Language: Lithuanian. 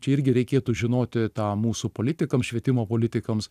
čia irgi reikėtų žinoti tą mūsų politikam švietimo politikams